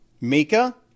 Mika